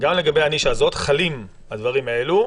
גם לגבי הנישה הזאת חלים הדברים האלה.